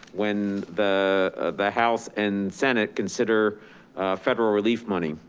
when the the house and senate consider federal relief money.